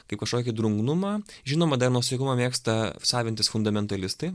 kaip kažkokį drungnumą žinoma dar nuosaikumą mėgsta savintis fundamentalistai